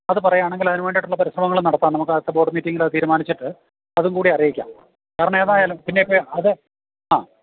അത് പറയുകയാണെങ്കിൽ അതിനു വേണ്ടിയിട്ടുള്ള പരിശ്രമങ്ങൾ നടത്താം നമുക്ക് അടുത്ത ബോർഡ് മീറ്റിങ്ങിലത് തീരുമാനിച്ചിട്ട് അതും കൂടി അറിയിക്കാം കാരണം ഏതായാലും പിന്നെ ഇപ്പോൾ അത് ആ